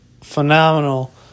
phenomenal